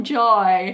joy